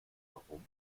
warum